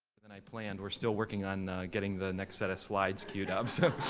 and and i planned, we're still working on getting the next set of slides queued up,